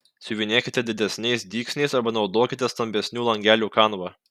siuvinėkite didesniais dygsniais arba naudokite stambesnių langelių kanvą